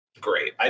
great